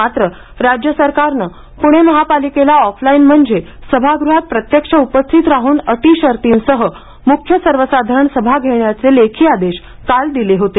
मात्र राज्य सरकारनं पुणे महापालिकेला ऑफलाइन म्हणजे सभागृहात प्रत्यक्ष उपस्थित राहून अटी शर्तीसह मुख्य सर्वसाधरण सभा घेण्याचे लेखी आदेश काल दिले होते